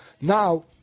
Now